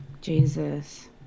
Jesus